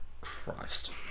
Christ